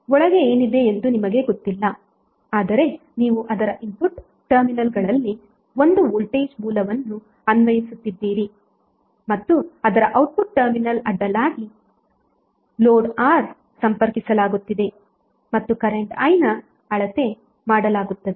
ಒಳಗೆ ಏನಿದೆ ಎಂದು ನಿಮಗೆ ಗೊತ್ತಿಲ್ಲ ಆದರೆ ನೀವು ಅದರ ಇನ್ಪುಟ್ ಟರ್ಮಿನಲ್ಗಳಲ್ಲಿ ಒಂದು ವೋಲ್ಟೇಜ್ ಮೂಲವನ್ನು ಅನ್ವಯಿಸುತ್ತಿದ್ದೀರಿ ಮತ್ತು ಅದರ ಔಟ್ಪುಟ್ ಟರ್ಮಿನಲ್ ಅಡ್ಡಲಾಗಿ ಲೋಡ್ R ಸಂಪರ್ಕಿಸಲಾಗುತ್ತಿದೆ ಮತ್ತು ಕರೆಂಟ್ i ನ ಅಳತೆ ಮಾಡಲಾಗುತ್ತದೆ